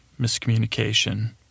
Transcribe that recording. miscommunication